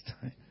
time